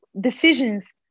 decisions